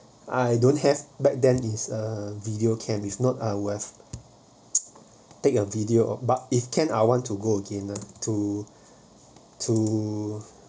I don't have back then is a videocam is not who uh have take a video but if can I want to go again lah to to